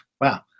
wow